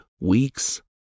weeks